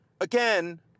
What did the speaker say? Again